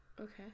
Okay